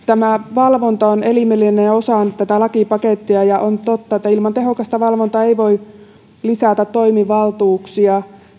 valvonta on elimellinen osa tätä lakipakettia ja on totta että ilman tehokasta valvontaa ei voi lisätä toimivaltuuksia